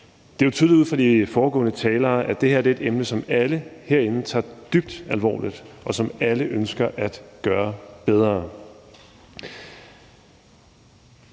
Det er jo tydeligt ud fra de foregående talere, at det her er et emne, som alle herinde tager dybt alvorligt, og at alle ønsker at gøre det